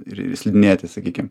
ir slidinėti sakykim